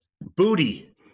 Booty